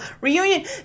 reunion